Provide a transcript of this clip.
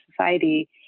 society